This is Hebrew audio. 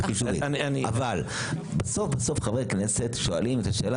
אבל בסוף-בסוף חברי הכנסת שואלים את השאלה